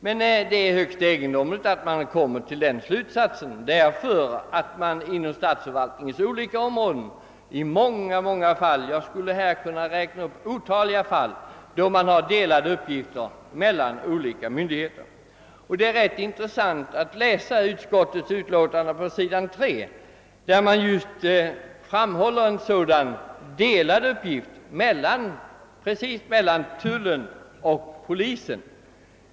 Det är emellertid högst egendomligt att utskottet kommer till den slutsatsen. Inom statsförvaltningens olika områden förekommer det nämligen i många fall — jag skulle här kunna räkna upp otaliga sådana — att uppgifter är delade mellan olika myndigheter. Det är ganska intressant att läsa utskottets utlåtande på s. 3, där det just redogörs för en sådan delad uppgift mellan tullen och polisen.